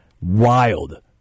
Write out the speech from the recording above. Wild